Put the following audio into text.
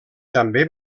també